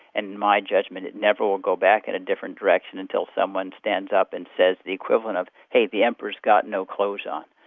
and my judgment is it never will go back in a different direction until someone stands up and says the equivalent of hey, the emperor's got no clothes on'.